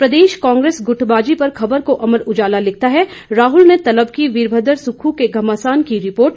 प्रदेश कांग्रेस गुटबाजी पर खबर को अमर उजाला लिखता राहुल ने तलब की वीरभद्र सुक्खू में घमासान की रिपोर्ट